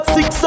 Six